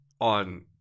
on